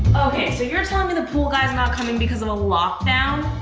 okay, so you're telling me the pool guy is not coming because of a lockdown?